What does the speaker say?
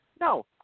No